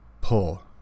Pull